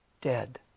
dead